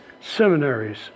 seminaries